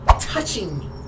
touching